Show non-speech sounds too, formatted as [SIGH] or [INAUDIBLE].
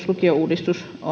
[UNINTELLIGIBLE] lukiouudistus